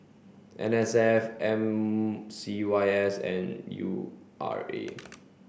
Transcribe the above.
N S F M C Y S and U R A